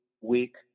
week